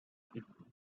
people